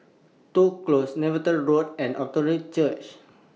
Toh Close Netheravon Road and Church